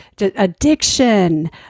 addiction